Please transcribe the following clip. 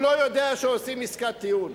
הוא לא יודע שעושים עסקת טיעון.